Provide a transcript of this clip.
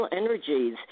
energies